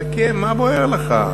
חכה, מה בוער לך.